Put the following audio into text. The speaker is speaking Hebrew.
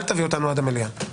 אל תביא אותנו עד המליאה.